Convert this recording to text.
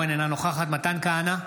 נוכחת מתן כהנא,